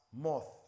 moth